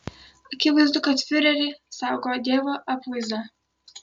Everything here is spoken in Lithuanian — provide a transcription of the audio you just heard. akivaizdu kad fiurerį saugo dievo apvaizda